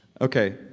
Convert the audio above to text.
Okay